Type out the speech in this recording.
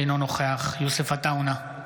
אינו נוכח יוסף עטאונה,